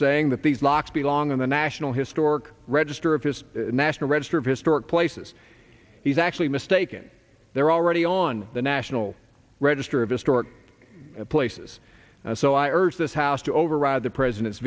saying that these locks belong in the national historic register of his national register of historic places he's actually mistaken they're already on the national register of historic places and so i urge this house to override the president's